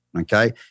okay